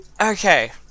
Okay